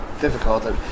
difficult